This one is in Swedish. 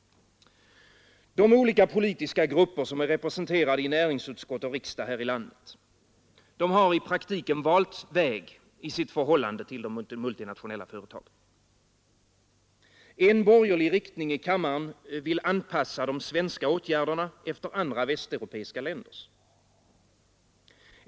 De olika politiska grupperna som är representerade i näringsutskott och riksdag här i landet har i praktiken valt väg i sitt förhållande till de multinationella företagen. En borgerlig riktning i kammaren vill anpassa de svenska åtgärderna efter andra västeuropeiska länders.